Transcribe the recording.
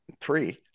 Three